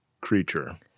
creature